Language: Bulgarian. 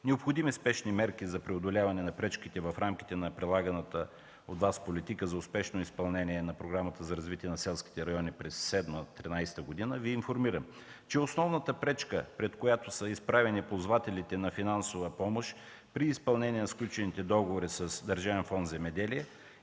необходими спешни мерки за преодоляване на пречките в рамките на прилаганата от Вас политика за успешно изпълнение на Програмата за развитие на селските райони през 2007-2013 г., Ви информирам, че основната пречка, пред която са изправени ползвателите на финансова помощ при изпълнение на сключените договори с Държавен фонд „Земеделие”